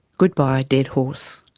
goodbye deadhorse.